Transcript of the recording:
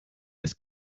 this